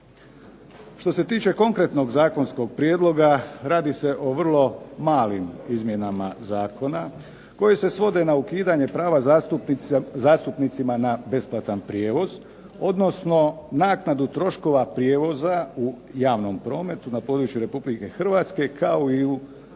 Što se tiče konkretnog zakonskog prijedloga, radi se o vrlo malim izmjenama zakona koje se svode na ukidanje prava zastupnicima na besplatan prijevoz, odnosno naknadu troškova prijevoza u javnom prometu na području Republike Hrvatske, kao i u gradskom